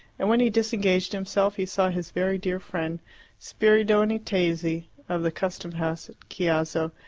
and when he disengaged himself he saw his very dear friend spiridione tesi of the custom-house at chiasso,